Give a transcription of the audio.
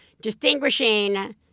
distinguishing